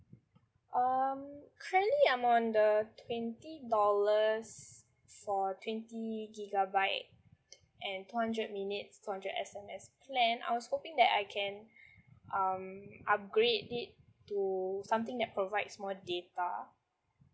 um currently I'm on the twenty dollars for twenty gigabyte and two hundred minutes two hundred S_M_S plan I was hoPINg that I can um upgrade it to something that provides more data